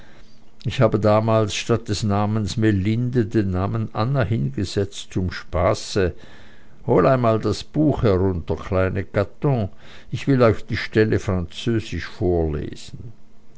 ich habe damals statt des namens melinde den namen anna hingesetzt zum spaße hole einmal das buch herunter kleine caton ich will euch die stelle französisch vorlesen